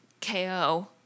KO